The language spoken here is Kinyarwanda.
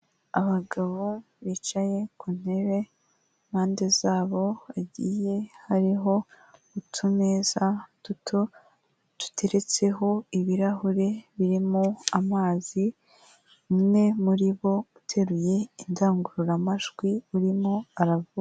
Abagabo bicaye ku ntebe impande zabo hagiye hariho utumeza duto duteretseho ibirahure birimo amazi, umwe muri bo uteruye indangururamajwi urimo aravuga.